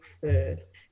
first